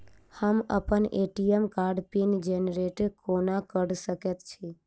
हम अप्पन ए.टी.एम कार्डक पिन जेनरेट कोना कऽ सकैत छी?